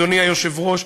אדוני היושב-ראש,